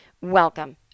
Welcome